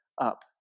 up